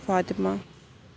Fatima